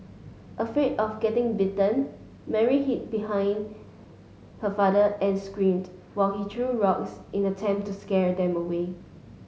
afraid of getting bitten Mary hid behind her father and screamed while he threw rocks in an attempt to scare them away